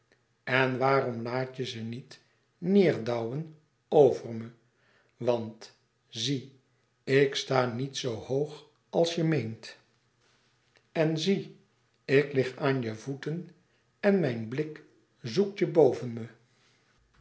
en waarom laat je ze niet neêrdauwen ver me want zie ik sta niet zoo hoog als je meent en zie ik lig aan je voeten en mijn blik zoekt je